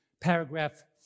Paragraph